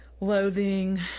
loathing